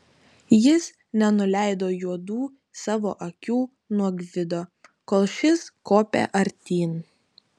jis nenuleido juodų savo akių nuo gvido kol šis kopė artyn